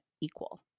equal